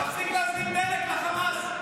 להפסיק להזרים דלק לחמאס,